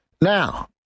Now